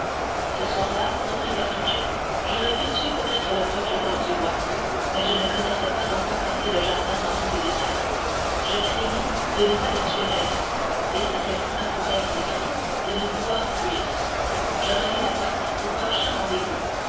ce soir-là reprit bertuccio j'aurais pu tuer peut-être le procureur du roi mais je ne connaissais pas encore assez le jardin dans tous ses détails je craignis de ne pas le tuer raide et si quelqu'un accourait à ses cris de ne pouvoir fuir je remis la partie au prochain rendez-vous